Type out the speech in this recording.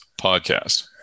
podcast